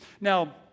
Now